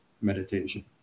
meditation